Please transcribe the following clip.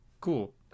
Cool